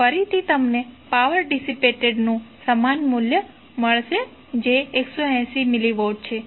તો ફરીથી તમને પાવર ડિસીપેટેડનું સમાન મૂલ્ય મળશે જે 180 મિલીવોટ છે